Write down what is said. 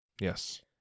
Yes